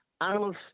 animals